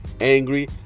angry